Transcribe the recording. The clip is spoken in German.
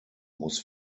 muss